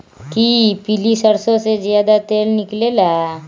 कि पीली सरसों से ज्यादा तेल निकले ला?